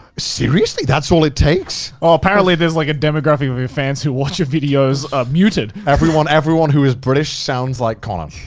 seriously? that's all it takes? well apparently there's like a demography of your fans who watch your videos muted. everyone everyone who is british sounds like connor.